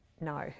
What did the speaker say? No